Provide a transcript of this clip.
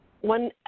one